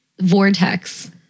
vortex